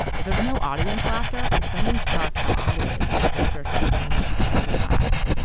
if there's no audience laughter, it's suddenly stark how odd it is that the characters aren't trying to make each other laugh.